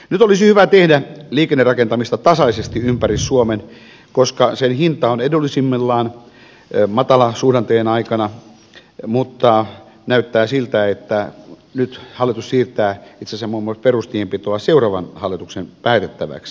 nyt olisi hyvä tehdä liikennerakentamista tasaisesti ympäri suomen koska sen hinta on edullisimmillaan matalasuhdanteen aikana mutta näyttää siltä että nyt hallitus siirtää itse asiassa muun muassa perustienpitoa seuraavan hallituksen päätettäväksi